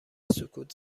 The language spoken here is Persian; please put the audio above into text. سکوت